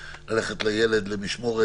אבל התשדיר הזה נמנע מחלק גדול מהאוכלוסייה.